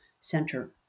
center